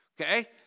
Okay